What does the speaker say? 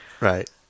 right